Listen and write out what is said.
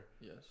Yes